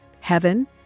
Heaven